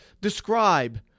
describe